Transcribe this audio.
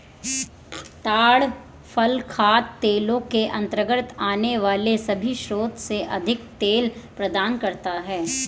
ताड़ फल खाद्य तेलों के अंतर्गत आने वाले सभी स्रोतों से अधिक तेल प्रदान करता है